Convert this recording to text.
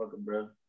bro